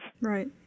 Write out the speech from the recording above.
Right